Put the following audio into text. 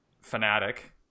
fanatic